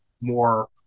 more